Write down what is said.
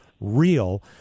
real